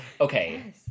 Okay